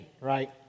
right